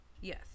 yes